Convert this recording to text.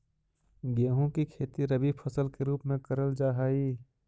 गेहूं की खेती रबी फसल के रूप में करल जा हई